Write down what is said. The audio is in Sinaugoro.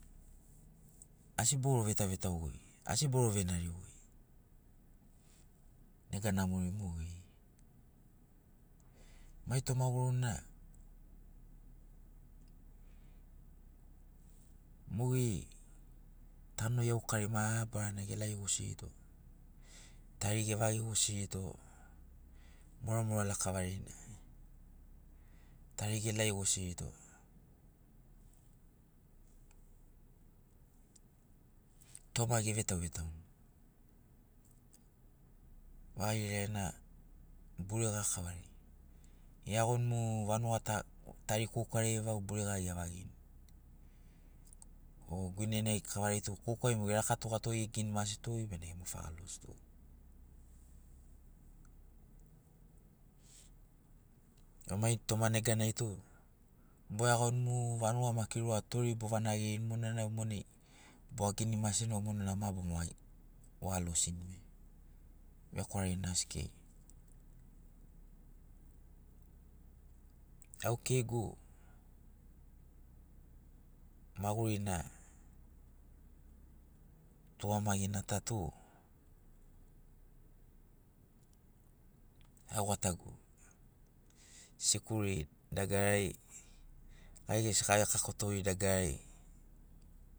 Asi boro vetauvetaugoi asi boro venarigoi nega namori mogeri mai toma guruna mogeri tano iaukari mabarana elaigosirito tari evagigosirito muramura lakavarina tari elaigosirito toma gevetauvetauni vagerena burega kavari eagoni mu vanuga ta tari koukariai vau burega evagirini o guinenai kavari tu koukai mo erakatoato egini maserito bena ema fagalosirito a mai toma neganai tu boeagoni muuuu vanuga maki rua toiri bovanagirini monana monai boa gini maseni monana ma boma wa losini vekwaragina asi kei au keigu magurina tugamagina ta tu au gatagu sikuri dagarari gai gesi gavekakoto dagarari